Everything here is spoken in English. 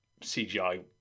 CGI